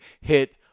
hit